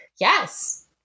Yes